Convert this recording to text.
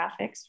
graphics